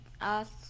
ask